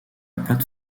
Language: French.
plate